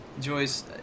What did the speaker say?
Joyce